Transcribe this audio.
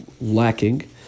lacking